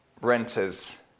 renters